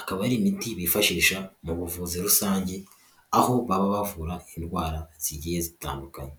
akaba ari imiti bifashisha mu buvuzi rusange ,aho baba bavura indwara zigiye zitandukanye.